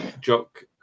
Jock